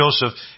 Joseph